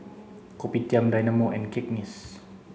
Kopitiam Dynamo and Cakenis